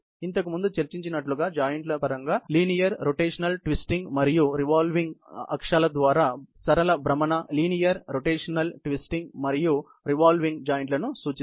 ఇంతకు ముందు చర్చించినట్లుగా జాయింట్ల ను వరుసగా L R T మరియు V అక్షరాల ద్వారా లినియర్ రొటేషన్ ట్విస్టింగ్ మరియు రొటేషన్ సూచించవచ్చు